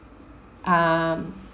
um